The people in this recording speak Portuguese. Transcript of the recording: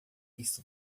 isso